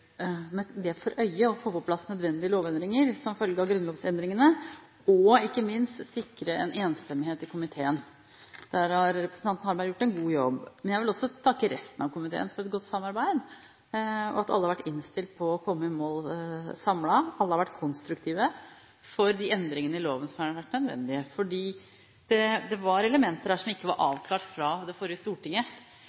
sikre enstemmighet i komiteen. Der har representanten Harberg gjort en god jobb. Men jeg vil også takke resten av komiteen for et godt samarbeid, og for at alle har vært innstilt på å komme i mål samlet. Alle har vært konstruktive når det gjelder de endringene i loven som har vært nødvendige. Det var elementer der som ikke var